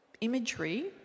imagery